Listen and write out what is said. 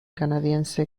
canadiense